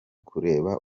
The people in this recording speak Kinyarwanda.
kureba